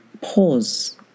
pause